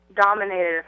dominated